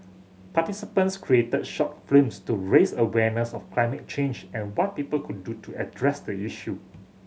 participants created short films to raise awareness of climate change and what people could do to address the issue